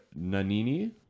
Nanini